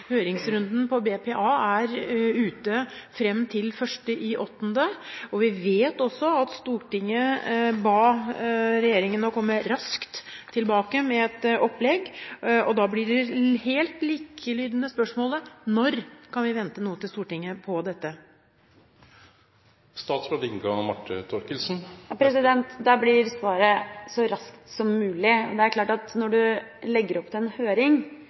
høringsrunden vedrørende BPA varer fram til 1. august, og vi vet også at Stortinget ba regjeringen komme raskt tilbake med et opplegg. Da blir det helt likelydende spørsmålet: Når kan vi vente noe til Stortinget om dette? Da blir svaret: så raskt som mulig. Det er klart at når man legger opp til en høring,